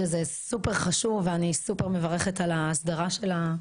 שזה סופר חשוב ואני סופר מברכת על ההסדרה של המקצוע.